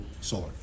solar